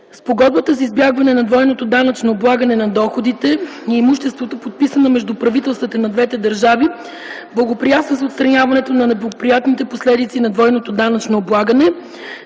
Спогодбата за избягване на двойното данъчно облагане на доходите и имуществото, подписана между правителствата на двете държави, благоприятства за отстраняването на неблагоприятните последици на двойното данъчно облагане.